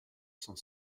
sont